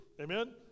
Amen